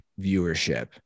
viewership